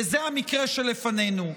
וזה המקרה שלפנינו,